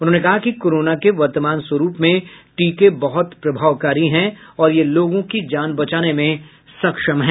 उन्होंने कहा कि कोरोना के वर्तमान स्वरूप में टीके बहुत प्रभावकारी हैं और ये लोगों की जान बचाने में सक्षम है